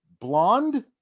blonde